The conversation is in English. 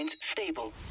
stable